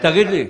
תגיד לי,